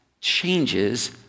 changes